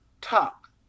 talk